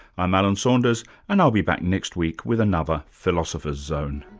i'm alan saunders and i'll be back next week with another philosopher's zone